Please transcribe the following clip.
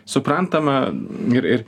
suprantama ir ir